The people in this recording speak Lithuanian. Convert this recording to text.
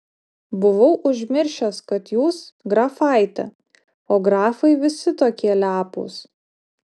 buvau užmiršęs kad jūs grafaitė o grafai visi tokie lepūs